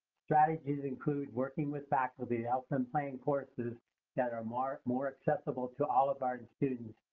strategies include working with faculty to help in planning courses that are more more acceptable to all of our and students,